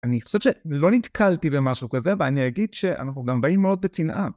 אני חושב שלא נתקלתי במשהו כזה, ואני אגיד שאנחנו גם באים מאוד בצנעה.